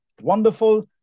Wonderful